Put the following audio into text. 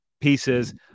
pieces